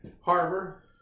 harbor